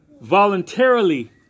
voluntarily